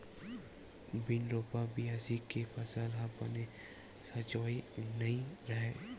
बिन रोपा, बियासी के फसल ह बने सजोवय नइ रहय